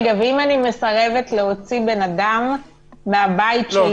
ואם אני מסרבת להוציא בן אדם מהבית שלי,